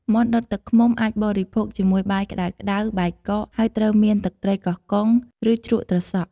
មាន់ដុតទឹកឃ្មុំអាចបរិភោគជាមួយបាយក្តៅៗ បាយកក ហើយត្រូវមានទឹកត្រីកោះកុង ឬជ្រក់ត្រសក់។